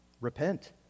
repent